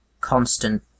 constant